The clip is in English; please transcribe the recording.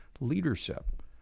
leadership